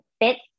fit